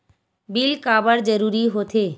Bill काबर जरूरी होथे?